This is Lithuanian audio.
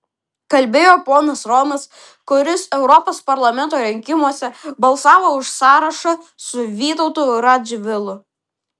kalbėjo ponas romas kuris europos parlamento rinkimuose balsavo už sąrašą su vytautu radžvilu